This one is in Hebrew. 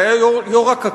שהיה יושב-ראש הקק"ל,